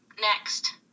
next